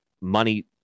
money